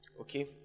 Okay